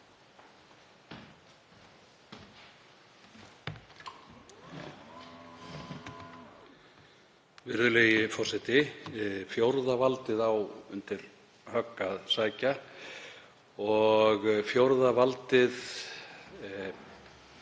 Virðulegi forseti. Fjórða valdið á undir högg að sækja og fjórða valdið